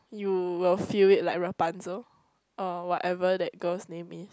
you will feel it like Rapunzel or whatever that girl's name is